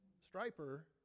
Striper